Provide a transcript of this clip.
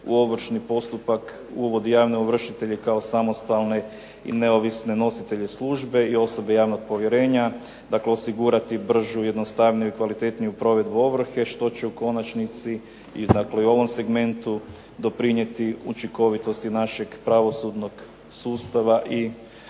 u ovršni postupak uvodi javne ovršitelje kao samostalne i neovisne nositelje službe i osobe javnog povjerenja, dakle osigurati bržu, jednostavniju i kvalitetniju provedbu ovrhe što će u konačnici i dakle i u ovom segmentu doprinijeti učinkovitosti našeg pravosudnog sustava i